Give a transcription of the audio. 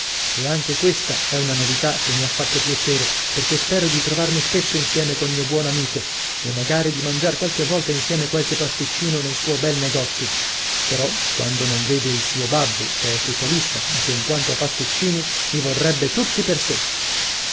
e anche questa è una novità che mi ha fatto piacere perché spero di trovarmi spesso insieme col mio buon amico e magari di mangiar qualche volta insieme qualche pasticcino nel suo bel negozio però quando non vede il suo babbo che è socialista ma che in quanto a pasticcini li vorrebbe tutti per sé